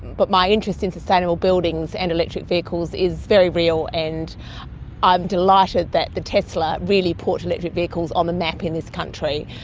but my interest in sustainable buildings and electric vehicles is very real and i'm delighted that the tesla really put electric vehicles on the map in this country.